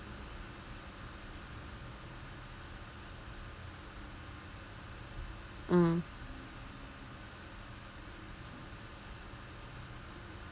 mm